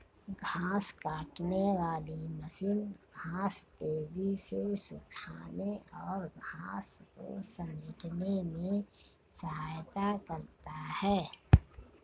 घांस काटने वाली मशीन घांस तेज़ी से सूखाने और घांस को समेटने में सहायता करता है